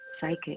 psychic